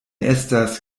estas